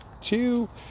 two